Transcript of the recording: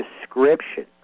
description